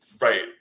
Right